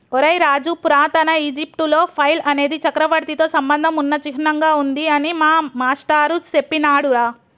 ఒరై రాజు పురాతన ఈజిప్టులో ఫైల్ అనేది చక్రవర్తితో సంబంధం ఉన్న చిహ్నంగా ఉంది అని మా మాష్టారు సెప్పినాడురా